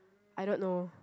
I don't know